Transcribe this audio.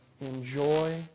enjoy